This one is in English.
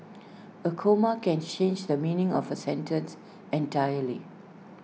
A comma can change the meaning of A sentence entirely